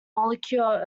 molecular